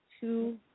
two